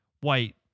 white